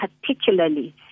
particularly